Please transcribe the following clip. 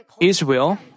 Israel